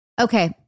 Okay